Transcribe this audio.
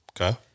Okay